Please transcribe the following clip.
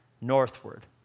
northward